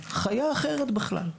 חיה אחרת בכלל.